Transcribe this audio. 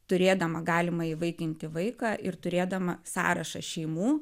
turėdama galimą įvaikinti vaiką ir turėdama sąrašą šeimų